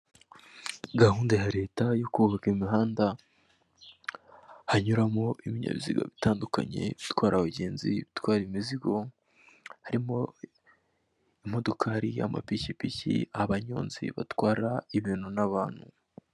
Gahunda ya Leta yo kubaka imihanda, hanyuramo ibinyabiziga bitandukanye ibitwara abagenzi, ibitwara imizigo, harimo imodokari, amapikipiki, abanyonzi batwara ibintu n'abantu.